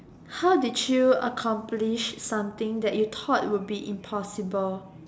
how did you accomplish something that you thought will be impossible